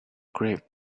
great